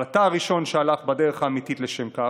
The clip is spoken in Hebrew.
אבל אתה הראשון שהלך בדרך האמיתית לשם כך.